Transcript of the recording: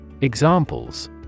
Examples